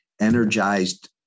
energized